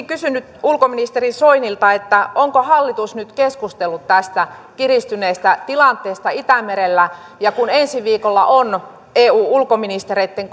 kysynyt ulkoministeri soinilta onko hallitus nyt keskustellut tästä kiristyneestä tilanteesta itämerellä ja kun ensi viikolla on eun ulkoministereitten